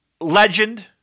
Legend